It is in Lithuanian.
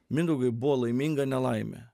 mindaugui buvo laiminga nelaimė